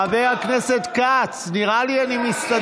חבר הכנסת כץ, נראה לי שאני מסתדר.